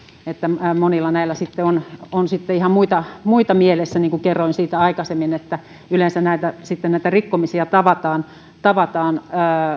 että monilla näillä on on ihan muita muita mielessä niin kuin kerroin aikaisemmin yleensä näitä rikkomisia tavataan tavataan